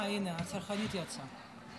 אה, הינה, הצרחנית יצאה.